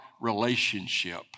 relationship